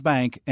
Bank